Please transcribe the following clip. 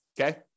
Okay